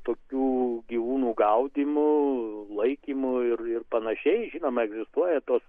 tokių gyvūnų gaudymu laikymu ir ir panašiai žinoma egzistuoja tos